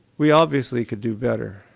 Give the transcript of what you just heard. we obviously could do better,